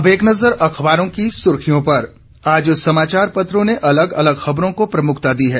अब एक नज़र अखबारों की सुर्खियों पर आज समाचार पत्रों ने अलग अलग खबरों को प्रमुखता दी है